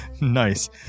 Nice